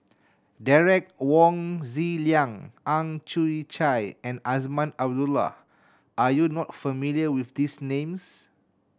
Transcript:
Derek Wong Zi Liang Ang Chwee Chai and Azman Abdullah are you not familiar with these names